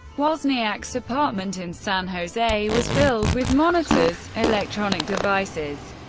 wozniak's apartment in san jose was filled with monitors, electronic devices,